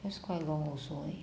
that's quite long also eh